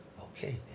Okay